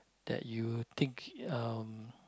that you think uh